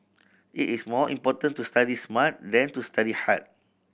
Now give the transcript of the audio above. it is more important to study smart than to study hard